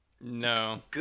no